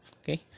okay